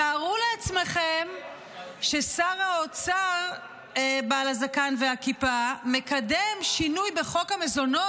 תארו לעצמכם ששר האוצר בעל הזקן והכיפה מקדם שינוי בחוק המזונות,